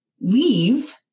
leave